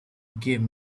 give